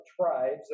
tribes